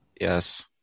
Yes